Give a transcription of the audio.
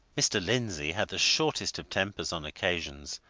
mr. lindsey had the shortest of tempers on occasion,